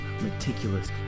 meticulous